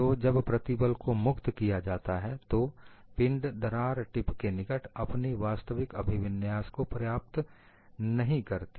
तो जब प्रतिबल को मुक्त किया जाता है तो पिंड दरार टिप के निकट अपनी वास्तविक अभिविन्यास को प्राप्त नहीं करती